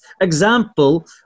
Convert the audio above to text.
example